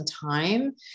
time